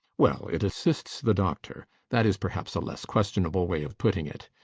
well, it assists the doctor that is perhaps a less questionable way of putting it.